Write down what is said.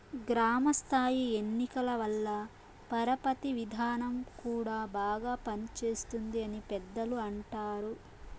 గ్రామ స్థాయి ఎన్నికల వల్ల పరపతి విధానం కూడా బాగా పనిచేస్తుంది అని పెద్దలు అంటారు